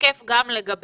תקף גם לגביהם.